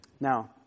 Now